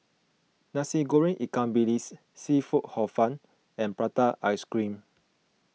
Nasi Goreng Ikan Bilis Seafood Hor Fun and Prata Ice Cream